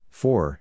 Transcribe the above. four